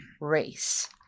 race